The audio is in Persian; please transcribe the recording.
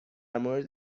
مورد